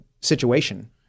situation